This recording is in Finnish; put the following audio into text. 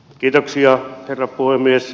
kiitoksia herra puhemies